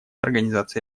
организации